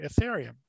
Ethereum